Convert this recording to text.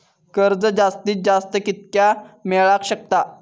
कर्ज जास्तीत जास्त कितक्या मेळाक शकता?